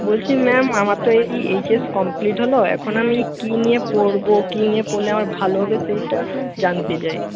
বলছি ম্যাম আমার তো এই এইচএস কমপ্লিট হল এখন আমি কি নিয়ে পড়ব কি নিয়ে পড়লে আমার ভালো হবে সেইটা জানতে চাই